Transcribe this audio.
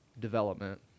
development